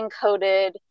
encoded